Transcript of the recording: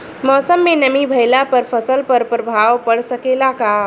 मौसम में नमी भइला पर फसल पर प्रभाव पड़ सकेला का?